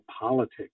politics